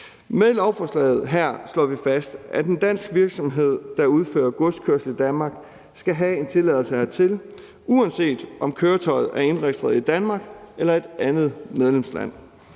Med lovforslaget her slår vi fast, at en dansk virksomhed, der udfører godskørsel i Danmark, skal have en tilladelse hertil, uanset om køretøjet er indregistreret i Danmark eller i et andet medlemsland.